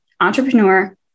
Entrepreneur